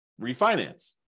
refinance